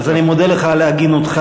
אז אני מודה לך על הגינותך,